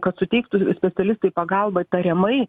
kad suteiktų specialistai pagalbą tariamai